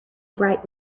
bright